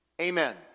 Amen